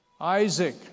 Isaac